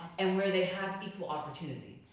and where they have equal opportunity?